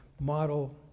model